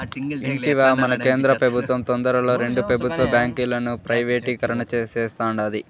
ఇంటివా, మన కేంద్ర పెబుత్వం తొందరలో రెండు పెబుత్వ బాంకీలను ప్రైవేటీకరణ సేస్తాండాది